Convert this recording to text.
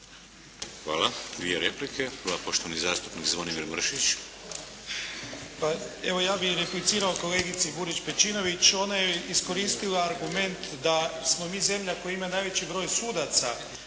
Hvala. Dvije replike. Prva poštovani zastupnik Zvonimir Mršić. **Mršić, Zvonimir (SDP)** Pa evo ja bi replicirao kolegici Burić Pejčinović. Ona je iskoristila argument da smo mi zemlja koja ima najveći broj sudaca